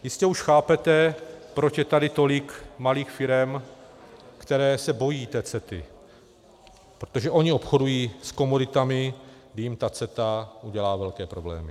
Jistě už chápete, proč je tady tolik malých firem, které se bojí té CETA, protože oni obchodují s komoditami, kdy jim ta CETA udělá velké problémy.